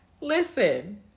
Listen